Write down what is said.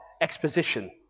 exposition